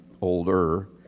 older